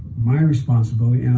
my responsibility.